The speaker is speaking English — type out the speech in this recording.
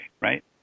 right